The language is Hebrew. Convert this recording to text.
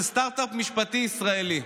היא סטרטאפ משפטי ישראלי.